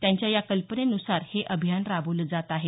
त्यांच्या या कल्पनेनुसार हे अभियान राबवलं जात आहे